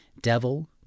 Devil